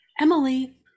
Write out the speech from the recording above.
Emily